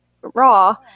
Raw